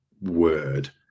word